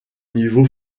niveau